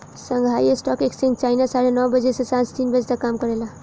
Shanghai stock exchange China साढ़े नौ बजे से सांझ तीन बजे तक काम करेला